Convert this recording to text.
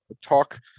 talk